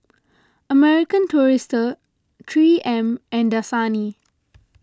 American Tourister three M and Dasani